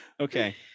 okay